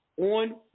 on